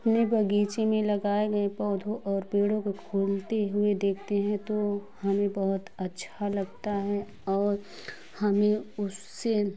अपने बगीचे में लगाए गये पौधों ओर पेड़ों को खोलते हुए देखते हैं तो हमें बहुत अच्छा लगता है और हमें उससे